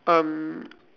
um